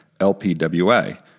LPWA